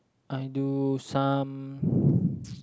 I do some